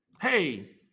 Hey